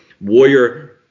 warrior